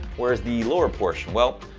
where's the lower portion? well,